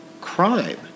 crime